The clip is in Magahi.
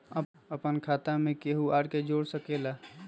अपन खाता मे केहु आर के जोड़ सके ला?